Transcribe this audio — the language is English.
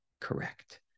correct